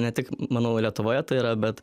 ne tik manau lietuvoje tai yra bet